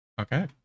Okay